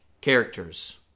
characters